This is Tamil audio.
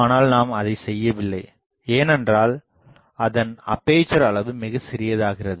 ஆனால் நாம் அதைச் செய்யவில்லை ஏனென்றால் அதன் அப்பேசர் அளவு மிகச்சிறியதாகிறது